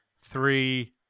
three